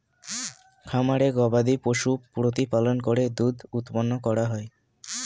খামারে গবাদিপশু প্রতিপালন করে দুধ উৎপন্ন করা হয়